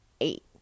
Eight